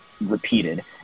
repeated